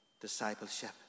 discipleship